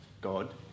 God